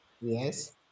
Yes